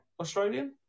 Australian